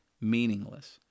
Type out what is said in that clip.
meaningless